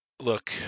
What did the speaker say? Look